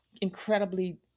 incredibly